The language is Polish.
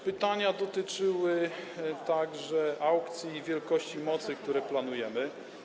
Pytania dotyczyły także aukcji i wielkości mocy, które planujemy.